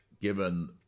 given